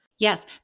Yes